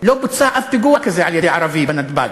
לא בוצע אף פיגוע כזה על-ידי ערבי בנתב"ג,